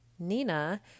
Nina